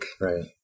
right